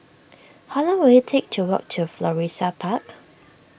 how long will it take to walk to Florissa Park